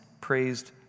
praised